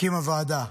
הקימה ועדה.